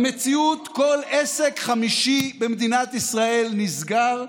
במציאות כל עסק חמישי במדינת ישראל נסגר,